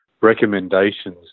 recommendations